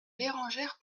bérengère